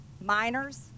Minors